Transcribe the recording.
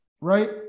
right